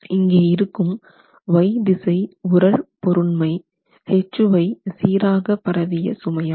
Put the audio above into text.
இங்கே இருக்கும் Y திசை உறழ் பொருண்மை Hy சீராக பரவிய சுமையாகும்